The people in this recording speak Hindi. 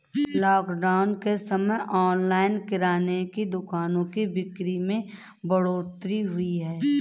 लॉकडाउन के समय ऑनलाइन किराने की दुकानों की बिक्री में बढ़ोतरी हुई है